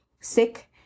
sick